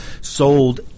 sold